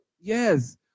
yes